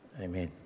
Amen